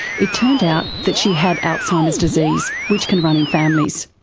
it turned out that she had alzheimer's disease, which can run in families.